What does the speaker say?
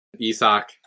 isak